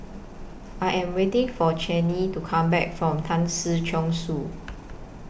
I Am waiting For Chaney to Come Back from Tan Si Chong Su